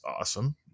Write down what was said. awesome